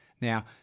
Now